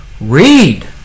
Read